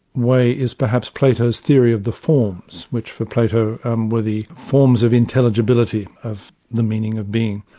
way is perhaps plato's theory of the forms, which for plato um were the forms of intelligibility of the meaning of being.